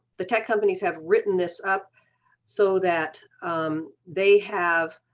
the tech companies have written this up so that um they have